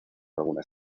algunas